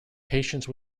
patience